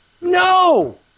No